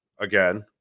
again